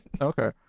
Okay